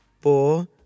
four